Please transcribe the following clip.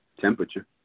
Temperature